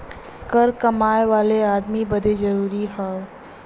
कर कमाए वाले अदमी बदे जरुरी हौ